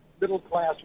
middle-class